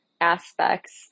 aspects